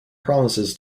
promises